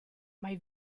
mai